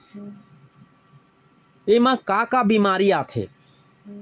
एमा का का बेमारी आथे?